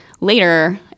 later